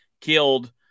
killed